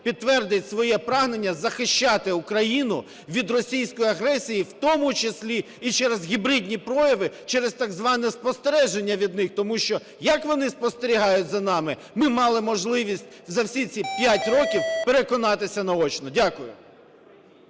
підтвердить своє прагнення захищати Україну від російської агресії, в тому числі і через гібридні прояви, через так зване спостереження від них. Тому що, як вони спостерігають за нами, ми мали можливість за всі ці 5 років переконатися наочно. Дякую.